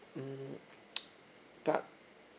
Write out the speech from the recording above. mm but